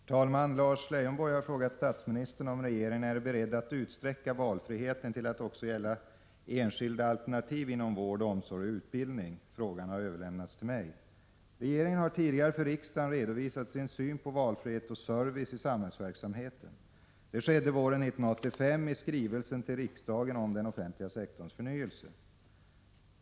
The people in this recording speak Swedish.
Herr talman! Lars Leijonborg har frågat statsministern om regeringen är beredd att utsträcka valfriheten till att också gälla enskilda alternativ inom vård, omsorg och utbildning. Frågan har överlämnats till mig. Regeringen har tidigare för riksdagen redovisat sin syn på valfrihet och service i samhällsverksamheten. Det skedde våren 1985 i skrivelsen till riksdagen om den offentliga sektorns förnyelse .